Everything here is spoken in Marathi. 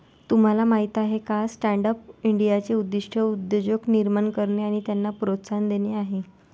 तुम्हाला माहीत आहे का स्टँडअप इंडियाचे उद्दिष्ट उद्योजक निर्माण करणे आणि त्यांना प्रोत्साहन देणे आहे